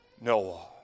Noah